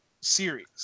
series